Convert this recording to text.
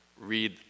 read